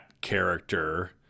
character